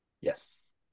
Yes